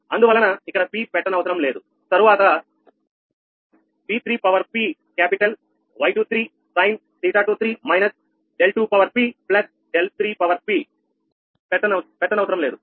అందువలన ఇక్కడ P పెట్టనవసరం లేదు తరువాత 𝑉3𝑝capital Y23sin𝚹23 δ2pδ3p పెట్టనవసరం లేదు